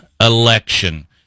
election